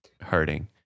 hurting